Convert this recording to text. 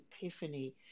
epiphany